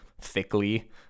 thickly